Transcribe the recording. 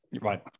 Right